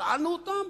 שאלנו אותם?